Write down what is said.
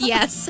Yes